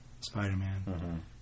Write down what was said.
Spider-Man